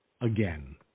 again